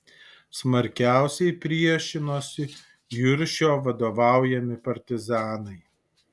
smarkiausiai priešinosi juršio vadovaujami partizanai